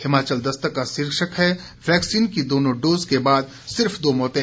हिमाचल दस्तक का शीर्षक है वैक्सीन के दोनों डोज के बाद सिर्फ दो मौतें